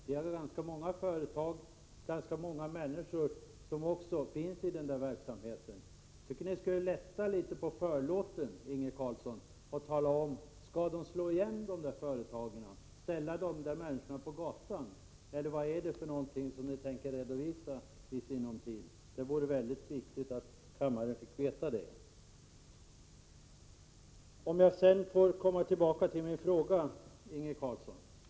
Det är ganska många företag och ganska många människor som också finns i den verksamheten. Jag tycker ni skulle lätta litet på förlåten, Inge Carlsson, och tala om ifall man skall slå igen företagen och ställa människorna på gatan. Vad är det ni tänker redovisa så småningom? Det är viktigt att kammaren får veta detta. Jag återkommer till min fråga, Inge Carlsson.